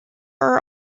are